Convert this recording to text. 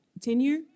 tenure